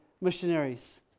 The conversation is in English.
missionaries